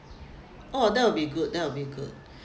oh that would be good that would be good